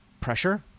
pressure